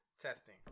testing